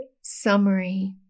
summary